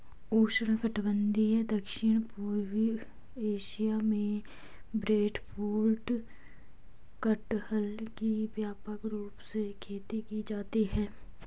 उष्णकटिबंधीय दक्षिण पूर्व एशिया में ब्रेडफ्रूट कटहल की व्यापक रूप से खेती की जाती है